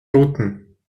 routen